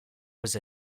was